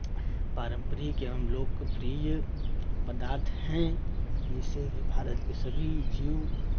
पारम्परिक एवं लोकप्रिय पदार्थ हैं जिससे कि भारत के सभी जीव